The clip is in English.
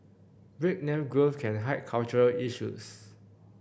breakneck growth can hide cultural issues